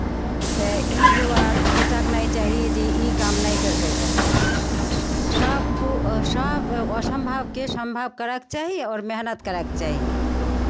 से ई दुआरे सोचयके नहि चाही जे ई काम नहि करि पयबहु सभ कु सभ असम्भवकेँ सम्भव करयके चाही आओर मेहनत करक चाही